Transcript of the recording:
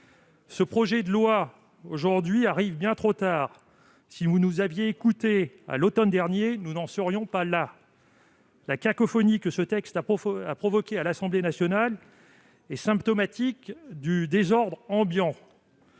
projet de loi arrive bien trop tard. Si vous nous aviez écoutés à l'automne dernier, nous n'en serions pas là. La cacophonie que ce texte a provoquée à l'Assemblée nationale est symptomatique du désordre ambiant.